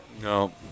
No